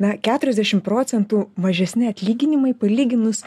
na keturiasdešim procentų mažesni atlyginimai palyginus